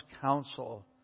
counsel